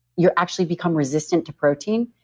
you're actually become resistant to protein.